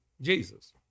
Jesus